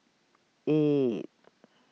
eight